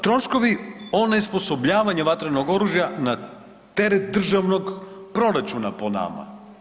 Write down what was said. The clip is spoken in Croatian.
Troškovi onesposobljavanja vatrenog oružja na teret državnog proračuna, po nama.